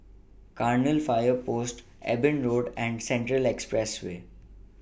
Cairnhill Fire Post Eben Road and Central Expressway